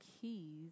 keys